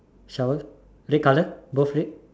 shower red colour both red